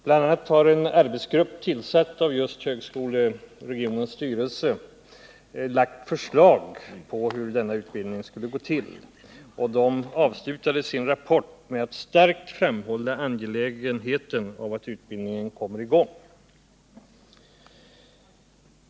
Bl.a. har en just av regionstyrelsen tillsatt arbetsgrupp framlagt förslag om hur denna utbildning skulle gå till. Arbetsgruppen avslutar sin rapport med att starkt framhålla angelägenheten av att utbildningen kommer till stånd.